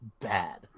bad